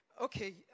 okay